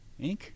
Inc